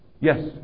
Yes